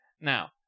Now